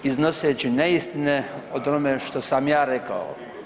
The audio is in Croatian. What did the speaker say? Iznoseći neistine o tome što sam ja rekao.